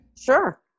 Sure